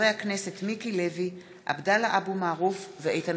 מיכל רוזין, נחמן שי וסתיו שפיר,